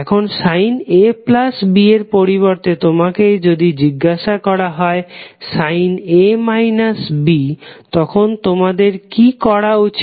এখন sin AB এর পরিবর্তে তোমাকে যদি জিজ্ঞাসা করা হয় sin তখন তোমাদের কি করা উচিত